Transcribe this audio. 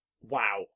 Wow